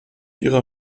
ihrer